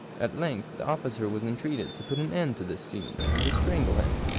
at length the officer was entreated to put an end to this scene, and to strangle him,